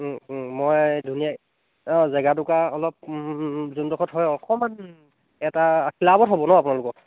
মই ধুনীয়া অঁ জেগাটুকুৰা অলপ যিডোখৰত হয় অকণমান এটা ক্লাবত হ'ব নহ্ আপোনালোকৰ